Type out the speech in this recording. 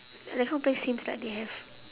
that kind of place seems like they have